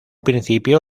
principio